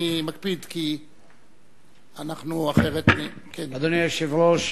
אני מקפיד, כי אחרת אנחנו, אדוני היושב-ראש,